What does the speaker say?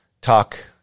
talk